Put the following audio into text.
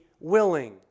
willing